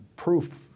Proof